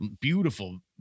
beautiful